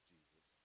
Jesus